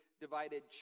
divided